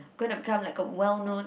gonna become like a well known